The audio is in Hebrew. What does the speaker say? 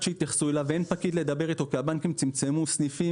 ייקח זמן עד שיתייחסו אליו ואין פקיד לדבר איתו כי הבנקים צמצמו סניפים,